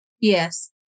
Yes